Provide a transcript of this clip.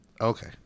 Okay